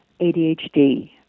ADHD